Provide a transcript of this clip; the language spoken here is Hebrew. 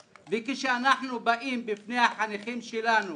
וכשאנחנו באים לדבר בפני החניכים שלנו